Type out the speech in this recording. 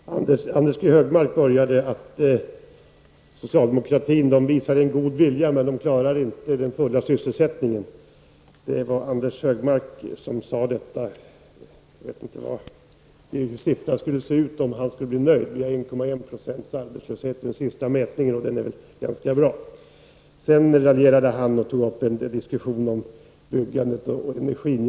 Herr talman! Anders G Högmark började med att säga att socialdemokratin visar en god vilja men klarar inte den fulla sysselsättningen. Jag vet inte hur siffrorna skulle se ut för att Anders G Högmark skulle bli nöjd. Arbetslösheten är 1,1 26 i den sista mätningen, och det är väl ganska bra. Sedan raljerade Anders G Högmark över byggandet och energin.